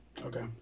Okay